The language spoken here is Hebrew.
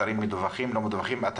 אתרים מדווחים ולא מדווחים.